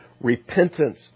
repentance